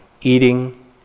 eating